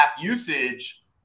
usage